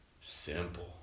simple